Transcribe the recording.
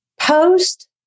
post